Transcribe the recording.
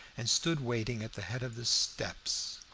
and stood waiting at the head of the steps.